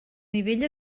nivell